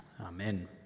Amen